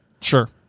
Sure